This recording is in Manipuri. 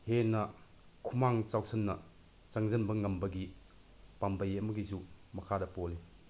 ꯍꯦꯟꯅ ꯈꯨꯃꯥꯡ ꯆꯥꯎꯁꯤꯟꯅ ꯆꯥꯁꯤꯟꯕ ꯉꯝꯕꯒꯤ ꯄꯥꯝꯕꯩ ꯑꯃꯒꯤꯁꯨ ꯃꯈꯥ ꯄꯣꯜꯂꯤ